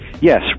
Yes